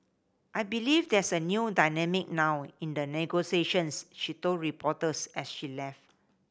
I believe there's a new dynamic now in the negotiations she told reporters as she left